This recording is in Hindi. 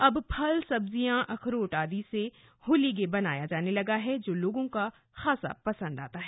अब फल सब्जियां अखरोट आदि से भी होलीगे बनाया जाने लगा है जो लोगों का खासा पसंद आता है